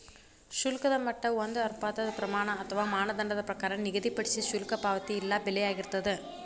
ಶುಲ್ಕದ ಮಟ್ಟ ಒಂದ ಅನುಪಾತದ್ ಪ್ರಮಾಣ ಅಥವಾ ಮಾನದಂಡದ ಪ್ರಕಾರ ನಿಗದಿಪಡಿಸಿದ್ ಶುಲ್ಕ ಪಾವತಿ ಇಲ್ಲಾ ಬೆಲೆಯಾಗಿರ್ತದ